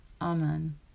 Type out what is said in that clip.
Amen